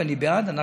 ואני בעד: אנחנו,